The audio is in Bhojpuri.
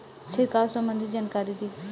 छिड़काव संबंधित जानकारी दी?